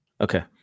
Okay